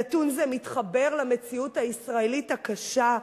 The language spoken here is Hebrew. נתון זה מתחבר למציאות הישראלית הקשה,